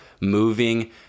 moving